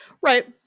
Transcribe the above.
right